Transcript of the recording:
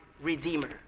redeemer